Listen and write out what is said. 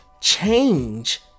change